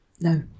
No